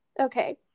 Okay